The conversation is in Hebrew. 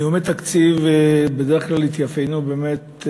נאומי תקציב בדרך כלל התאפיינו באמת,